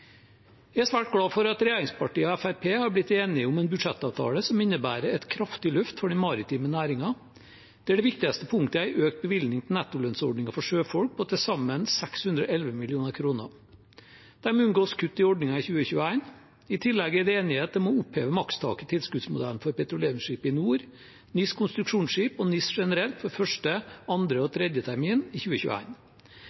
Jeg er svært glad for at regjeringspartiene og Fremskrittspartiet er blitt enige om en budsjettavtale som innebærer et kraftig løft for den maritime næringen, der det viktigste punktet er en økt bevilgning til nettolønnsordningen for sjøfolk på til sammen 611 mill. kr. Dermed unngås kutt i ordningen i 2021. I tillegg er det enighet om å oppheve makstaket i tilskuddsmodellen for petroleumsskip i nord, NIS konstruksjonsskip og NIS generelt for første, andre og